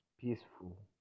peaceful